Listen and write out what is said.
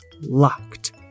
locked